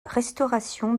restauration